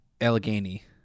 Allegheny